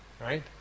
right